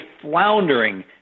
floundering